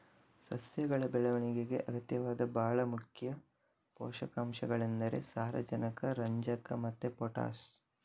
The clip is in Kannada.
ಸಸ್ಯಗಳ ಬೆಳವಣಿಗೆಗೆ ಅಗತ್ಯವಾದ ಭಾಳ ಮುಖ್ಯ ಪೋಷಕಾಂಶಗಳೆಂದರೆ ಸಾರಜನಕ, ರಂಜಕ ಮತ್ತೆ ಪೊಟಾಷ್